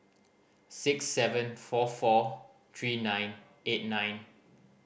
six seven four four three nine eight nine